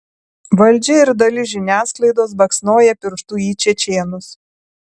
valdžia ir dalis žiniasklaidos baksnoja pirštu į čečėnus